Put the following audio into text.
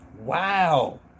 Wow